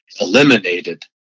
eliminated